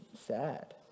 sad